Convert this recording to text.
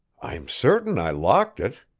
i'm certain i locked it,